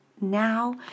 now